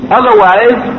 otherwise